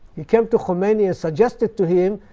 he came to khomeini and suggested to him,